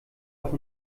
auch